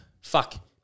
fuck